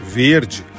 verde